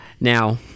Now